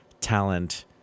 talent